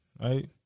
right